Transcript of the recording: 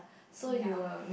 ya